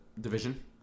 division